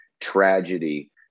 tragedy